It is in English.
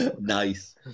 Nice